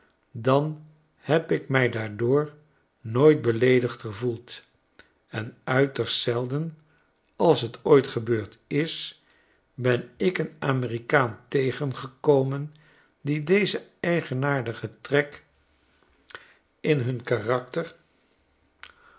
dan heb ik mij daardoor nooit beleedigd gevoeld en uiterst zelden als't ooit gebeurd is benik een amerikaan tegengekomen die dezen eigenaardigen trek in hun karakter